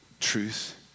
Truth